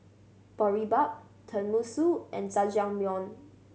Boribap Tenmusu and Jajangmyeon